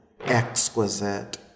exquisite